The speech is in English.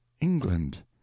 england